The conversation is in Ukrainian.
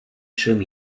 чим